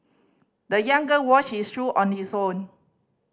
the young girl washed his shoe on his own